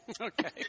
Okay